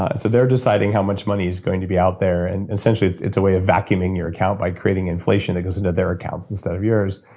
ah so they're deciding how much money is going to be out there, and essentially, it's it's a way of vacuuming your account by creating inflation, it goes into their accounts instead of yours.